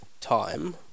time